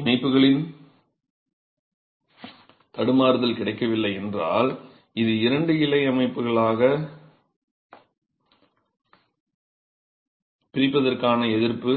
இணைப்புகளின் தடுமாறுதல் கிடைக்கவில்லை என்றால் இதை இரண்டு இலை அமைப்பாகப் பிரிப்பதற்கான எதிர்ப்பு